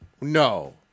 No